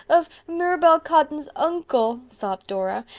of mirabel cotton's uncle, sobbed dora.